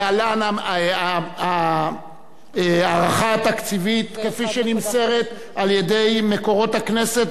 להלן ההערכה התקציבית כפי שנמסרת על-ידי מקורות הכנסת